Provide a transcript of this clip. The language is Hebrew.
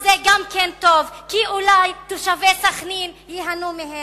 זה גם טוב כי אולי תושבי סח'נין ייהנו מהם.